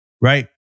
right